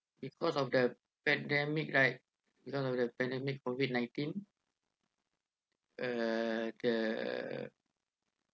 because of the pandemic right because of the pandemic COVID nineteen uh the